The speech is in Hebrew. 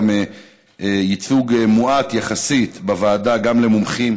ייצוג מועט יחסית בוועדה גם למומחים